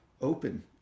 open